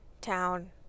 town